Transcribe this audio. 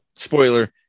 spoiler